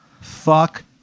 fuck